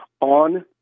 on